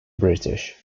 british